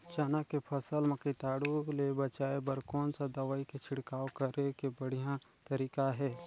चाना के फसल मा कीटाणु ले बचाय बर कोन सा दवाई के छिड़काव करे के बढ़िया तरीका हे?